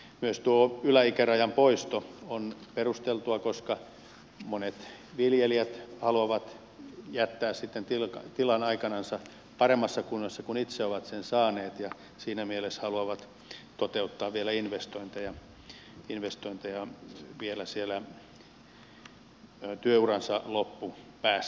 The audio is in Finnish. myös tuo yläikärajan poisto on perusteltua koska monet viljelijät haluavat jättää tilan sitten aikanansa paremmassa kunnossa kuin missä itse ovat sen saaneet ja siinä mielessä haluavat toteuttaa investointeja vielä siellä työuransa loppupäässä